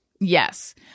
yes